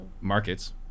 markets